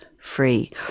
free